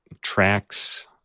tracks